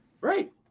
right